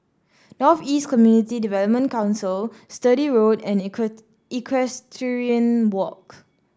North East Community Development Council Sturdee Road and Equestrian Walk